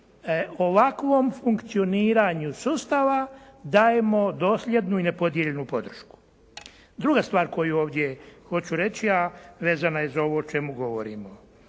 ovakvom funkcioniranju sustava dajemo dosljednu i nepodijeljenu podršku. Druga stvar koju ovdje hoću reći, a vezana je za ovo o čemu govorimo,